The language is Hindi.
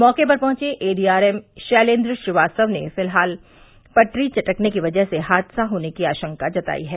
मौके पर पहुंचे एडीआरएम शैलेन्द्र श्रीवास्तव ने फिलहाल पटरी चटकने की वजह से हादसा होने की आशंका जताई है